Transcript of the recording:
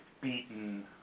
beaten